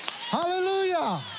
Hallelujah